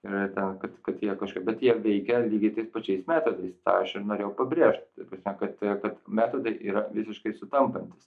ir ten kad kad jie kažkokie bet jie veikia lygiai tais pačiais metodais tą aš ir norėjau pabrėžt ta prasme kad kad metodai yra visiškai sutaupantys